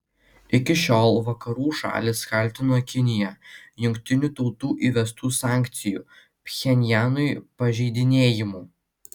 iki šiol vakarų šalys kaltino kiniją jungtinių tautų įvestų sankcijų pchenjanui pažeidinėjimu